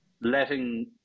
letting